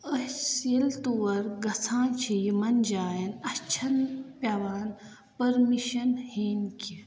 أسۍ ییٚلہِ تور گژھان چھِ یِمَن جایَن اَسہِ چھَنہٕ پٮ۪وان پٔرمِشَن ہیٚنۍ کیٚنٛہہ